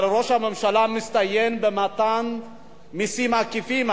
אבל ראש הממשלה מצטיין במתן מסים עקיפים.